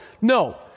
No